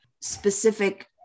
specific